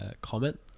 Comment